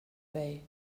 way